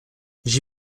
j’y